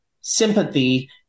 sympathy